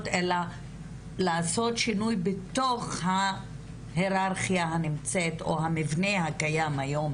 אלא לעשות שינוי בתוך ההיררכיה הנמצאת או המבנה הקיים היום,